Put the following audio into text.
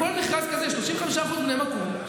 בכל מכרז כזה יש 35% בני המקום,